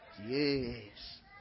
Yes